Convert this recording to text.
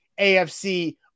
AFC